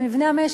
במבנה המשק.